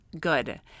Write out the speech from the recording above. good